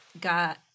got